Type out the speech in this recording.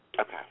Okay